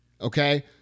Okay